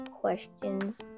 questions